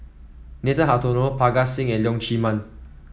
Nathan Hartono Parga Singh and Leong Chee Mun